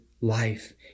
life